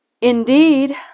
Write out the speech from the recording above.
indeed